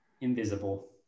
invisible